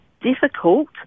difficult